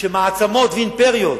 כשמעצמות ואימפריות